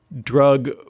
drug